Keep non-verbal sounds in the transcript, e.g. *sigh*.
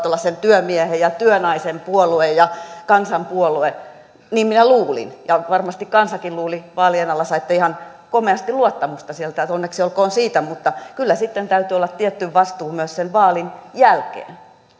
*unintelligible* olla sen työmiehen ja työnaisen puolue ja kansanpuolue niin minä luulin ja varmasti kansakin luuli vaalien alla saitte ihan komeasti luottamusta sieltä onneksi olkoon siitä mutta kyllä sitten täytyy olla tietty vastuu myös sen vaalin jälkeen